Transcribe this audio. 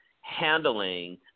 handling